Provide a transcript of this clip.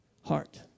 heart